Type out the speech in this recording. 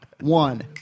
one